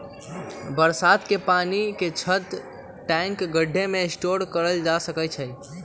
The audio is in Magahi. बरसात के पानी के छत, टैंक, गढ्ढे में स्टोर कइल जा सका हई